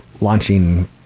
launching